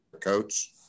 coach